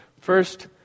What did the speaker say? First